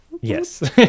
Yes